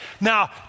Now